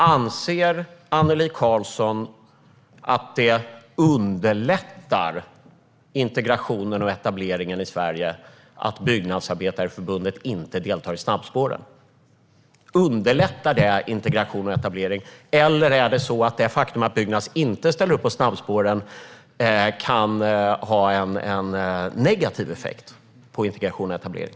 Anser Annelie Karlsson att det underlättar integrationen och etableringen i Sverige att Byggnadsarbetareförbundet inte deltar i snabbspåren? Underlättar det integration och etablering, eller kan det faktum att Byggnads inte ställer upp på snabbspåren ha en negativ effekt på integration och etablering?